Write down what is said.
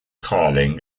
carlin